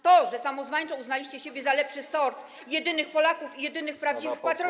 To, że samozwańczo uznaliście siebie za lepszy sort, jedynych Polaków i jedynych prawdziwych patriotów.